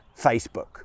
Facebook